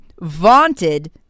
vaunted